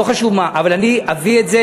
לא חשוב מה, אבל אני אביא את זה